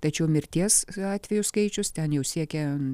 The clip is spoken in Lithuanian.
tačiau mirties atvejų skaičius ten jau siekia